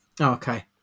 okay